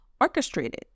orchestrated